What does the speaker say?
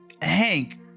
Hank